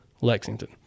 Lexington